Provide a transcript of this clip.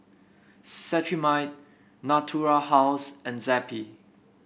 Cetrimide Natura House and Zappy